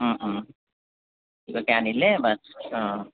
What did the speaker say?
কিবাকৈ আনিলে বা অঁ